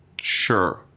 sure